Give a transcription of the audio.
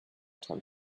time